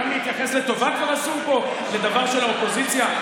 גם להתייחס לטובה לדבר של האופוזיציה כבר אסור פה?